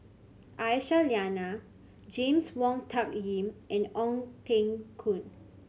Aisyah Lyana James Wong Tuck Yim and Ong Teng Koon